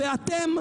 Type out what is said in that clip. אתם,